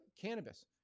Cannabis